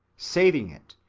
saving it,